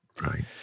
right